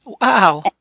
wow